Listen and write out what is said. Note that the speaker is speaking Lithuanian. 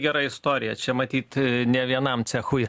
gera istorija čia matyt ne vienam cechui